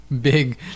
big